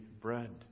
bread